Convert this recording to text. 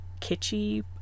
kitschy